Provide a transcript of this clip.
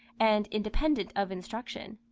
and independent of instruction.